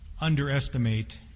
underestimate